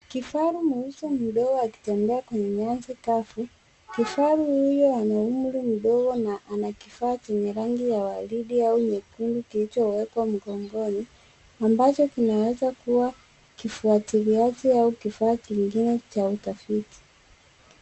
Kifaru mweusi mdogo akitembea kwenye nyasi kavu. Kifaru huyo ana umri mdogo na ana kifaa chenye rangi ya waridi au nyekundu kilichowekwa mgongoni, ambacho kinaweza kuwa kifuatiliaji au kifaa kingine cha utafiti.